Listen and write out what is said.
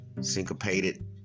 syncopated